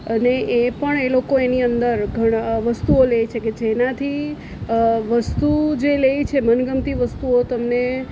અને એ પણ એ લોકો એની અંદર વસ્તુઓ લે છે કે જેનાથી વસ્તુ જે લે છે મનગમતી વસ્તુઓ તમને